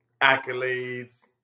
accolades